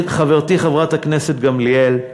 חברתי חברת הכנסת גמליאל,